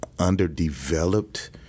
underdeveloped